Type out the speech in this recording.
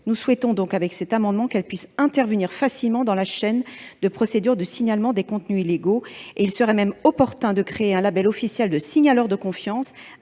Nous souhaitons par cet amendement qu'elles puissent intervenir facilement dans la chaîne de procédure de signalement des contenus illégaux. Il serait même opportun de créer un label officiel de signaleurs de confiance,